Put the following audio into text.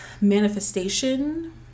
manifestation